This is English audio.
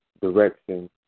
direction